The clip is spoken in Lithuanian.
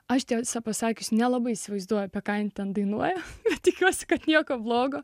aš tiesą pasakius nelabai įsivaizduoju apie ką ji ten dainuoja ir tikiuosi kad nieko blogo